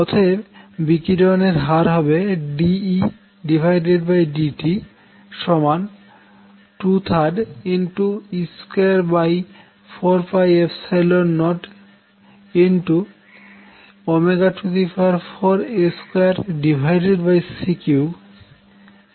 অতএব বিকিরণের হার হবে dEdt 23e2404A2C3cos2t